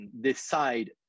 decide